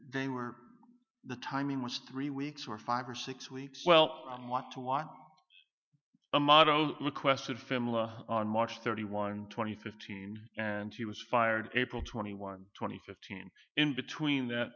they were the timing was three weeks were five or six weeks well on what was a model requested family on march thirty one twenty fifteen and he was fired april twenty one twenty fifteen in between that